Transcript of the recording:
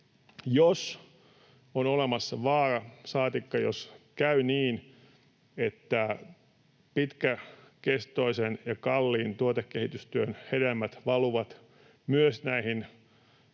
Jos on olemassa vaara — saatikka jos käy niin — että pitkäkestoisen ja kalliin tuotekehitystyön hedelmät valuvat myös näihin